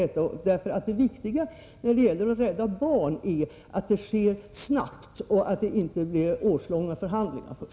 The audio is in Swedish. Det viktiga när det gäller att rädda barnen är att det sker snabbt och att det inte först skall bedrivas årslånga förhandlingar.